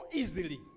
easily